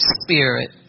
spirit